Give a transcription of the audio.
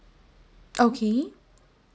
okay